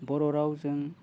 बर' रावजों